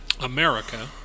America